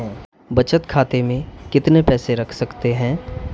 बचत खाते में कितना पैसा रख सकते हैं?